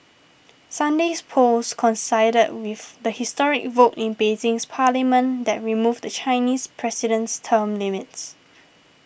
Sunday's polls coincided with the historic vote in Beijing's parliament that removed the Chinese president's term limits